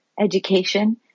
education